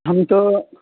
ہم تو